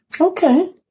Okay